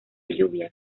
lluvias